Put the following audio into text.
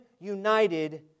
united